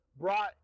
brought